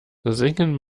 singen